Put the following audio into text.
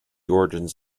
origins